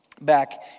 back